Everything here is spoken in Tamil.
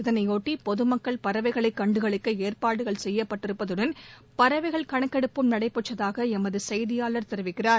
இதனைபொட்டிபொதுமக்கள் பறவைகளைகண்டுகளிக்கஏற்பாடுகள் செய்யப்பட்டிருப்பதுடன் பறவைகள் கணக்கெடுப்பும் நடைபெற்றதாகளமதுசெய்தியாளர் தெரிவிக்கிறார்